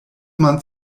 man